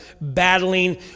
battling